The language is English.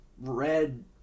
red